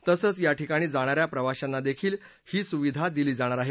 तसंच या ठिकाणी जाणाऱ्या प्रवाशांना देखील ही सुविधा दिली जाणार आहे